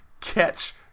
Catch